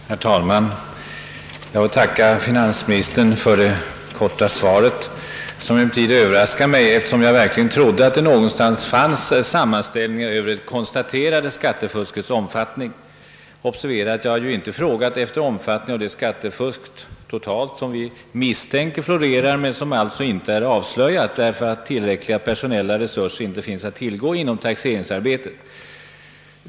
Herr talman! Jag tackar finansministern för det korta svaret, som emellertid överraskar mig eftersom jag verkligen trodde att det någonstans fanns sammanställningar över det konstaterade skattefuskets omfattning. Observera att jag inte har frågat efter omfattningen av det skattefusk totalt, som vi misstänker florerar men som alltså inte är avslöjat, därför att tillräckliga personella resurser inte finns att tillgå inom taxeringsarbetet.